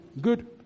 Good